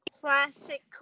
classic